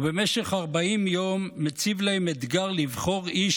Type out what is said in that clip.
ובמשך 40 יום מציב להם אתגר לבחור איש